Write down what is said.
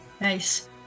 Nice